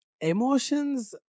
emotions